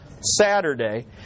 Saturday